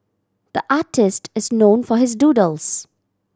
the artist is known for his doodles